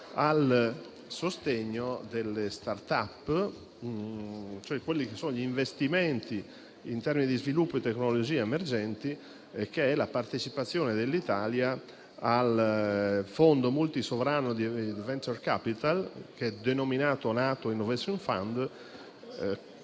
al sostegno delle *startup*, cioè investimenti in termini di sviluppo e tecnologie emergenti che riguarda la partecipazione dell'Italia al Fondo multisovrano di *venture capital*, che è denominato NATO Innovation Fund, per